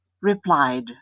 replied